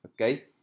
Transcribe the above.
okay